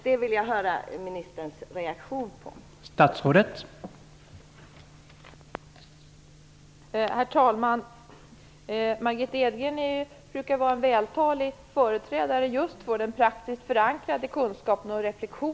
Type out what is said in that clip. Jag vill höra ministerns reaktion på det.